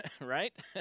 right